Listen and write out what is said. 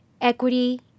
equity